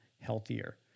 healthier